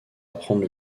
apprendre